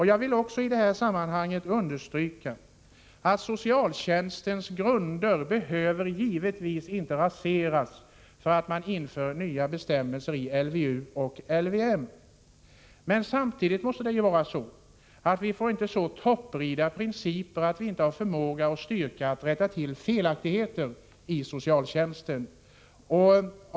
Jag vill i detta sammanhang understryka att socialtjänstens grunder givetvis inte behöver raseras därför att vi inför nya bestämmelser i LVU och LVM. Vi får inte så topprida principer att vi inte har förmåga och styrka att rätta till felaktigheter i socialtjänsten.